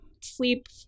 sleep